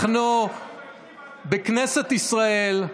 אנחנו בכנסת ישראל.